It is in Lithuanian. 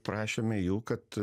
prašėme jų kad